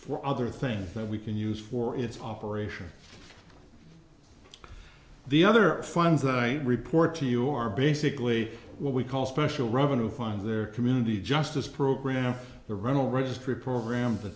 for other things that we can use for its operation the other funds that i report to you are basically what we call special revenue fund their community justice program the rental registry program